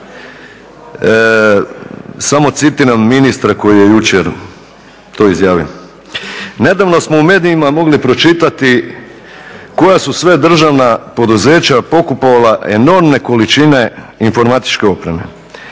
samo citiram ministra koji je jučer to izjavio. Nedavno smo u medijima mogli pročitati koja su sve državna poduzeća pokupovala enormne količine informatičke opreme.